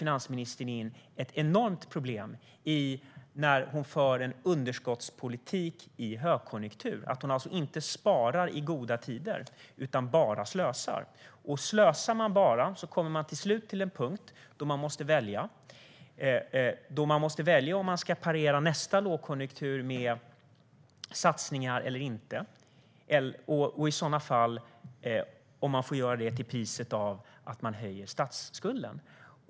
Finansministern bygger framför allt in ett enormt problem när hon för underskottspolitik i högkonjunktur. Hon sparar alltså inte i goda tider utan slösar bara. Om man bara slösar kommer man till slut till en punkt då man måste välja om man ska parera nästa lågkonjunktur med satsningar eller inte, och i sådana fall får man göra det till priset av att höja statsskulden.